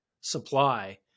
supply